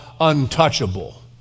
untouchable